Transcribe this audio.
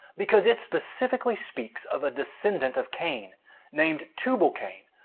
because it specifically speaks of a descendant of cain named tubal-cain,